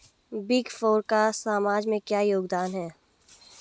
Big four का समाज में क्या योगदान है?